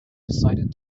decided